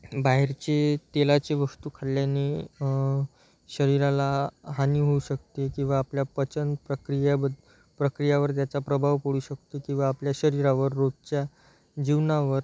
बाहेरचे तेलाचे वस्तू खाल्ल्याने शरीराला हानी होऊ शकते किंवा आपल्या पचन प्रक्रिया बंद प्रक्रियावर त्याचा प्रभाव पडू शकतो किंवा आपल्या शरीरावर रोजच्या जीवनावर